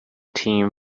team